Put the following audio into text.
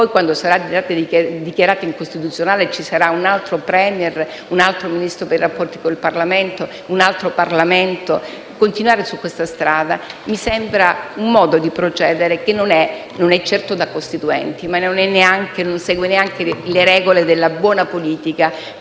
Quando però sarà dichiarata incostituzionale, ci saranno un altro *Premier*, un altro Ministro per i rapporti con il Parlamento e un altro Parlamento. Dunque, continuare su questa strada mi sembra un modo di procedere non certo da costituenti, che non segue neanche le regole della buona politica